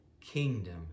kingdom